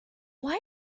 why